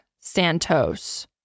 santos